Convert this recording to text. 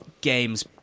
games